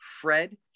Fred